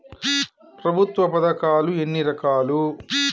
ప్రభుత్వ పథకాలు ఎన్ని రకాలు?